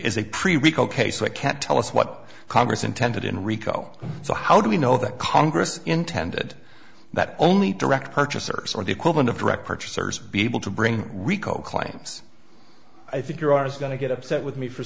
is a pretty weak ok so it can't tell us what congress intended in rico so how do we know that congress intended that only direct purchasers or the equivalent of direct purchasers be able to bring rico claims i think you're going to get upset with me for